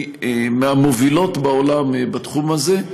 היא מהמובילות בעולם בתחום הזה.